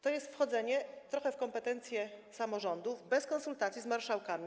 To jest wchodzenie trochę w kompetencje samorządów bez konsultacji z marszałkami.